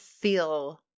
feel